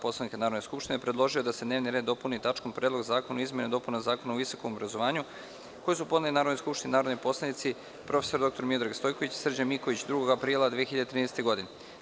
Poslovnika Narodne skupštine, predložio je da se dnevni red sednice dopuni tačkom – Predlog Zakona o izmenama i dopunama Zakona o visokom obrazovanju, koji su podneli Narodnoj skupštini narodni poslanici prof. dr. Miodrag Stojković i Srđan Miković, 2. aprila 2013. godine.